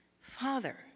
Father